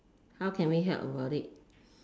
how can we help about it